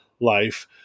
life